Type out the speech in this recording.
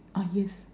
ah yes